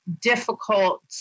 difficult